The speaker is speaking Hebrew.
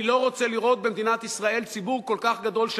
אני לא רוצה לראות במדינת ישראל ציבור כל כך גדול,